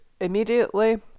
immediately